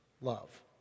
love